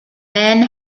men